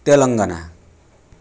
Telangana